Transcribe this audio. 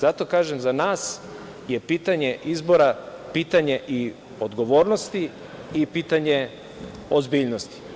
Zato kažem, za nas je pitanje izbora, pitanje i odgovornosti i pitanje ozbiljnosti.